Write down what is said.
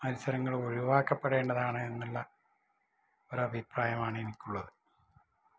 മത്സരങ്ങള് ഒഴിവാക്കപ്പെടേണ്ടതാണ് എന്നുള്ള ഒരു അഭിപ്രായമാണ് എനിക്കുള്ളത്